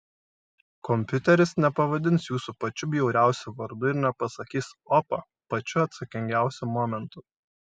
kompiuteris nepavadins jūsų pačiu bjauriausiu vardu ir nepasakys opa pačiu atsakingiausiu momentu